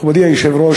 מכובדי היושב-ראש,